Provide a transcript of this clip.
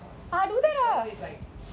and I was like